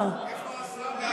הביאו את השר, כמו בספרות.